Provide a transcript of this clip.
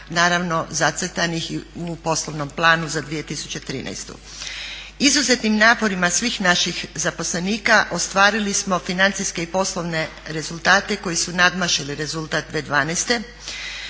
naravno zacrtanih u poslovnom planu za 2013. Izuzetnim naporima svih naših zaposlenika ostavili smo financijske i poslovne rezultate koji su nadmašili rezultat 2012.,